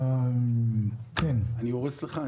אני הורס לך?